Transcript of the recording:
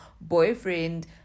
boyfriend